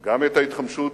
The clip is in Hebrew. גם את ההתחמשות